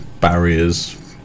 barriers